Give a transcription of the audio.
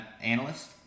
analyst